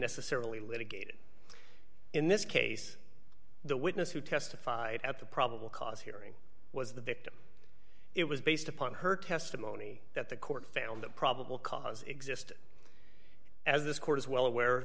necessarily litigated in this case the witness who testified at the probable cause hearing was the victim it was based upon her testimony that the court found that probable cause existed as this court is well aware